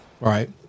Right